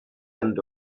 end